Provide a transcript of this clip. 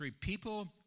people